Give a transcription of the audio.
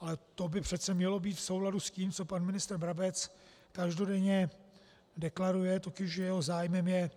Ale to by přece mělo být v souladu s tím, co pan ministr Brabec každodenně deklaruje, totiž že jeho zájmem je